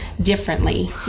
differently